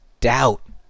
doubt